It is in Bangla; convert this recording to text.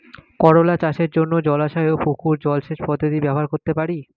করোলা চাষের জন্য জলাশয় ও পুকুর জলসেচ পদ্ধতি ব্যবহার করতে পারি?